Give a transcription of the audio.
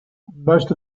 most